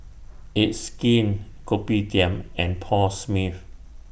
It's Skin Kopitiam and Paul Smith